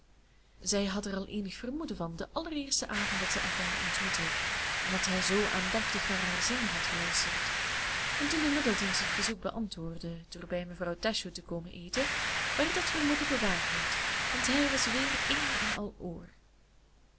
zij had er al eenig vermoeden van den allereersten avond dat ze elkaar ontmoetten omdat hij zoo aandachtig naar haar zingen had geluisterd en toen de middletons het bezoek beantwoordden door bij mevrouw dashwood te komen eten werd dat vermoeden bewaarheid want hij was weer één en al oor